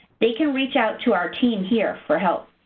they can reach out to our team here for help.